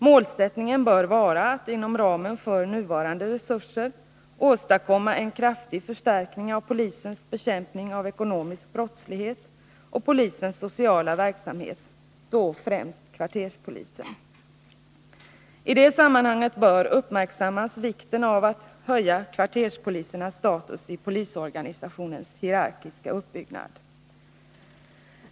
Målsättningen bör vara att inom ramen för nuvarande resurser åstadkomma en kraftig förstärkning av polisens bekämpning av ekonomisk brottslighet och polisens sociala verksamhet, då främst kvarterspolisen. I det sammanhanget bör uppmärksammas vikten av att höja kvarterspolisernas status i polisorganisationens hierarkiska uppbyggnad.